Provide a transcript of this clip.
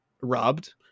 robbed